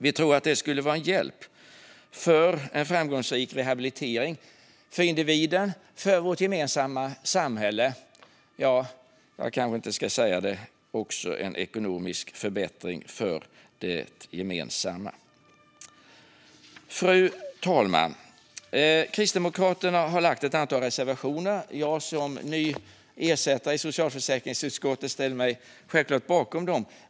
Vi tror att det skulle vara en hjälp för en framgångsrik rehabilitering för individen, för vårt gemensamma samhälle och också - jag kanske inte ska säga det - en ekonomisk förbättring för det gemensamma. Fru talman! Kristdemokraterna har lagt fram ett antal reservationer. Jag som ny ersättare i socialförsäkringsutskottet ställer mig självklart bakom dem.